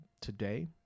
today